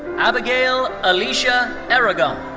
abigail alicia aragon.